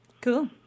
Cool